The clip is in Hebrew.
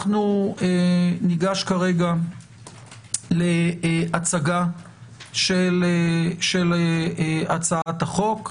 ניגש כרגע להצגה של הצעת החוק.